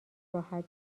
راحت